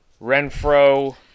renfro